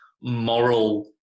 moral